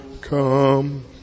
Come